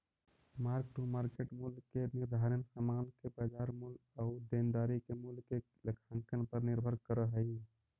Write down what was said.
mark to market मूल्य के निर्धारण समान के बाजार मूल्य आउ देनदारी के मूल्य के लेखांकन पर निर्भर करऽ हई